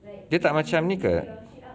dia tak macam ni ke